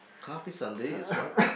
car free Sunday is what